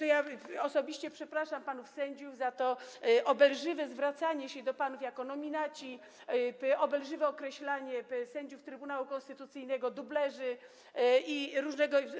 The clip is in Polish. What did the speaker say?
Osobiście przepraszam panów sędziów za to obelżywe zwracanie się do panów: nominaci, za obelżywe określanie sędziów Trybunału Konstytucyjnego dublerami i różnego.